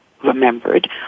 Remembered